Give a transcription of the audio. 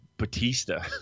Batista